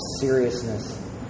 seriousness